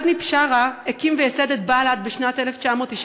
עזמי בשארה הקים וייסד את בל"ד בשנת 1995